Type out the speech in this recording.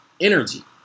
energy